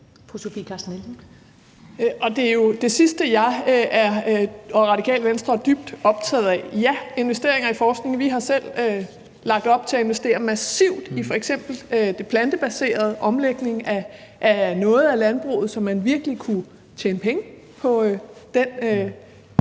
det er jo det sidste, som jeg og Radikale Venstre er dybt optaget af: Ja, investeringer i forskning. Vi har selv lagt op til at investere massivt i f.eks. den plantebaserede omlægning af noget af landbruget, så man virkelig kunne tjene penge på den